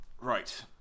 right